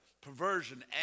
Perversion